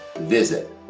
visit